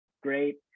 great